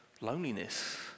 loneliness